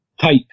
type